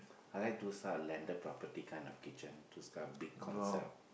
I like to sell landed property kind of kitchen those type of big concept